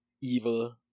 evil